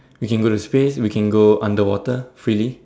we can go to space we can go underwater freely